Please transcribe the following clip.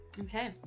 Okay